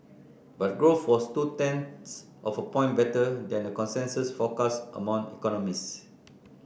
but growth was two tenths of a point better than a consensus forecast among economists